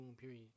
period